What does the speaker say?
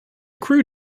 crew